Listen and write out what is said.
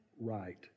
right